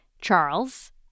Charles